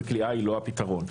וכליאה היא לא הפתרון.